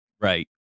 Right